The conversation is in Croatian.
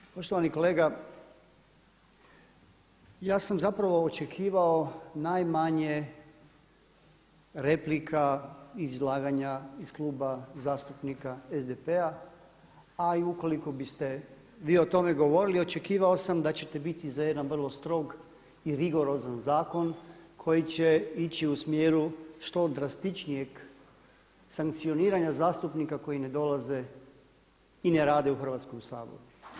Naime, poštovani kolega ja sam zapravo očekivao najmanje replika i izlaganja iz Kluba zastupnika SDP-a a i ukoliko biste vi o tome govorili očekivao sam da ćete biti za jedan vrlo strog i rigorozan zakon koji će ići u smjeru što drastičnijeg sankcioniranja zastupnika koji ne dolaze i ne rade u Hrvatskom saboru.